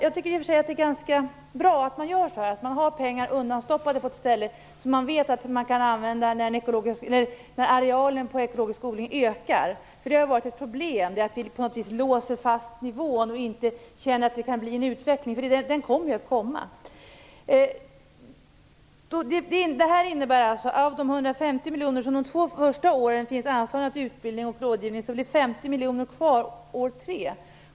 Jag tycker i och för sig att det är ganska bra att man har pengar undanstoppade på ett ställe som man vet att man kan använda när arealen av ekologisk odling ökar. Det har varit ett problem att man låser fast nivån så att det inte kan bli en utveckling. Det kommer att bli en utveckling. Av de 150 miljoner som under de två första åren är anslagna till utbildning och rådgivning, blir 50 miljoner kvar till år tre.